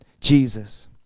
Jesus